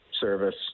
service